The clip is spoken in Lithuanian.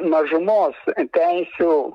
mažumos teisių